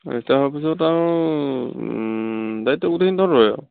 register হোৱাৰ পিছত আৰু দায়িত্ব গোটেখিনি তহঁতৰে আৰু